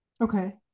okay